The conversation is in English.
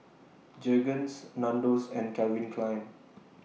Jergens Nandos and Calvin Klein